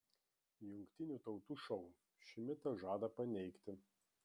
jungtinių tautų šou šį mitą žada paneigti